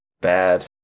bad